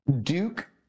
Duke